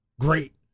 Great